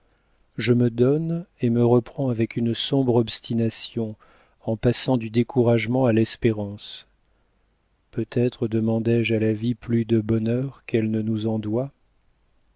je me donne et me reprends avec une sombre obstination en passant du découragement à l'espérance peut-être demandé je à la vie plus de bonheur qu'elle ne nous en doit